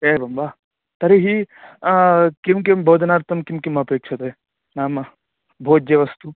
एवं वा तर्हि किं किं भोजनार्तं किं किं अपेक्षते नाम भोज्यवस्तु